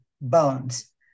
bones